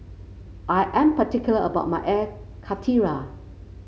I am particular about my Air Karthira